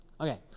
Okay